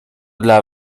dla